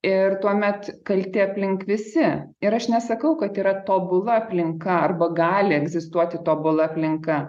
ir tuomet kalti aplink visi ir aš nesakau kad yra tobula aplinka arba gali egzistuoti tobula aplinka